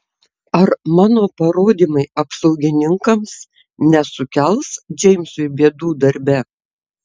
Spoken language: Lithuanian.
ar mano parodymai apsaugininkams nesukels džeimsui bėdų darbe